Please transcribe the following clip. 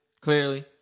clearly